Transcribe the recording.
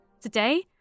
Today